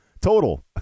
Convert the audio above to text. Total